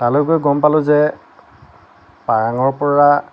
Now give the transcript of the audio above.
তালৈ গৈ গ'ম পালো যে পাৰাঙৰ পৰা